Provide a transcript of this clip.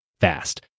fast